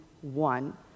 one